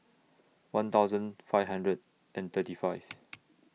one thousand five hundred and thirty five